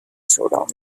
showdown